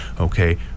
okay